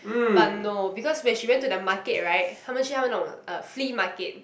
but no because when she went to the market right 他们去那种 uh flea market